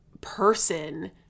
person